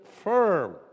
firm